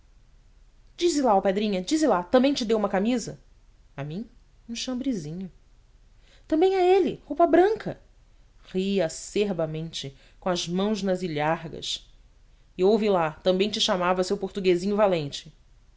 dize lá alpedrinha dize lá também te deu uma camisa a mim um chambrezinho também a ele roupa branca ri acerbamente com as mãos nas ilhargas e ouve lá também te chamava seu portuguesinho valente